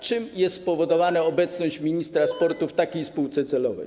Czym jest spowodowana obecność ministra sportu w takiej spółce celowej?